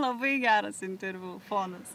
labai geras interviu fonas